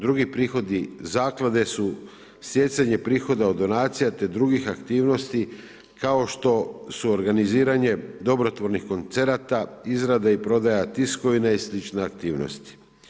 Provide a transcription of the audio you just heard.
Drugi prihodi zaklade su stjecanje prihoda od donacija te drugih aktivnosti kao što su organiziranje dobrovoljnih koncerata, izrada i prodaja tiskovine i slične aktivnosti.